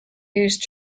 used